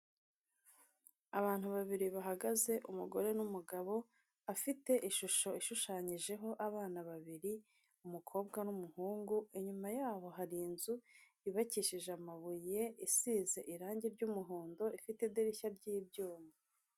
Abantu babiri bahagaze, umugore n'umugabo, afite ishusho ishushanyijeho abana babiri, umukobwa n'umuhungu, inyuma yabo hari inzu yubakishe amabuye, isize irangi ry'umuhondo, ifite idirishya ry'ibyuma.